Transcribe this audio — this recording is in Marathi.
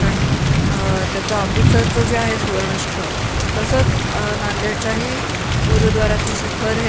कारण त्याचं अमृतसरचं जे आहे सुवर्ण शिखर तसंच नांदेडच्याही गुरुद्वाराचं शिखर हे